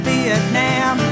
Vietnam